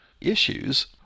issues